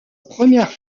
première